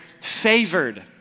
Favored